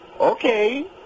Okay